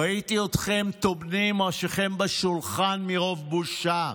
ראיתי אתכם טומנים ראשיכם בשולחן מרוב בושה.